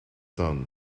done